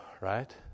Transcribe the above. right